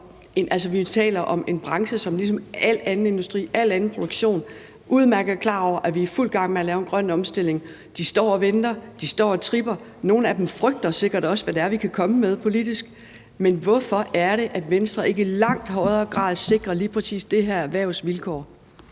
Vi taler om en branche, som ligesom al anden industri og alle andre produktionsvirksomheder udmærket er klar over, at vi er i fuld gang med at lave en grøn omstilling. De står og venter, de står og tripper, og nogle af dem frygter sikkert også, hvad det er, vi kan komme med politisk, men hvorfor er det, at Venstre ikke i langt højere grad sikrer lige præcis det her erhvervs vilkår?